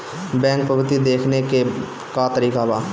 Bank पवती देखने के का तरीका बा?